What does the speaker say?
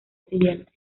siguiente